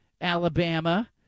Alabama